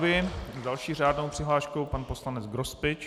S další řádnou přihláškou pan poslanec Grospič.